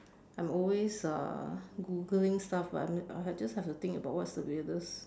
I'm always uh Googling stuff but I mean I just have to think about what's the weirdest